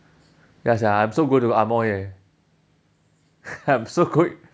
ya sia I'm so going to amoy eh I'm so going